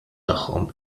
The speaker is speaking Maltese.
tagħhom